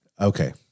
Okay